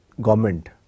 government